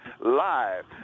live